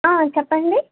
చెప్పండి